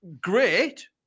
Great